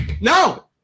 no